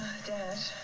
dad